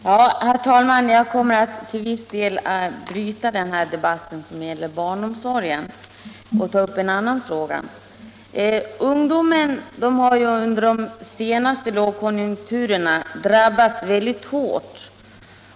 Herr talman! Jag kommer nu att till viss del bryta den debatt som gäller barnomsorgen och ta upp en annan fråga. Ungdomen har under de senaste lågkonjunkturerna drabbats väldigt hårt.